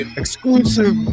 exclusive